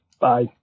bye